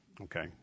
okay